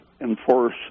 enforce